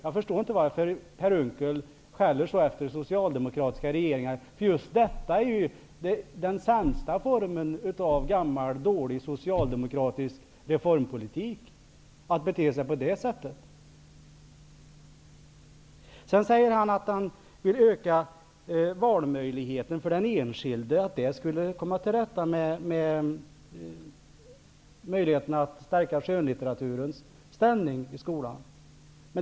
Jag förstår inte varför Per Unckel skäller om socialdemokratiska regeringar. Att bete sig på det här sättet liknar den sämsta formen av gammal dålig socialdemokratisk reformpolitik. Per Unckel säger att han vill öka valmöjligheten för den enskilde för att på det sättet komma till rätta med möjligheten att stärka skönlitteraturens ställning i skolan.